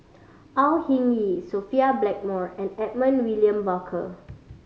Au Hing Yee Sophia Blackmore and Edmund William Barker